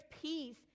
peace